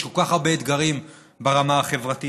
יש כל כך הרבה אתגרים ברמה החברתית-כלכלית.